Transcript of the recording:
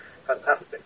fantastic